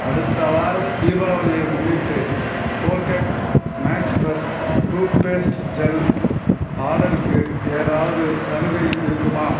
அடுத்த வாரம் தீபாவளியை முன்னிட்டு Colgate max fresh toothpaste gel ஆர்டருக்கு ஏதாவது சலுகை இருக்குமா